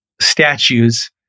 statues